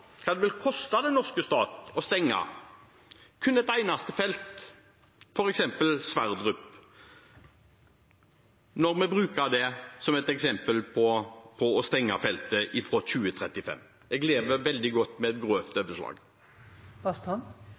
hva det vil koste den norske stat å stenge kun ett eneste felt, f.eks. Johan Sverdrup, om vi bruker det som et eksempel på å stenge feltet fra 2035? Jeg lever veldig godt med et